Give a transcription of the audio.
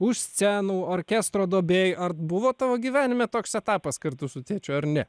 už scenų orkestro duobėj ar buvo tavo gyvenime toks etapas kartu su tėčiu ar ne